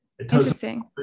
Interesting